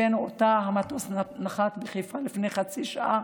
הבאנו אותה, המטוס נחת בחיפה לפני חצי שעה,